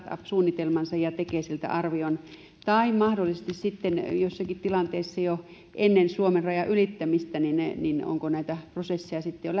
suunnitelmansa ja saa tekesiltä arvion vai mahdollisesti sitten jossakin tilanteessa jo ennen suomen rajan ylittämistä onko näitä prosesseja sitten